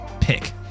pick